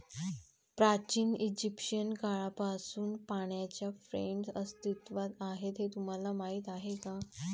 प्राचीन इजिप्शियन काळापासून पाण्याच्या फ्रेम्स अस्तित्वात आहेत हे तुम्हाला माहीत आहे का?